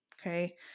Okay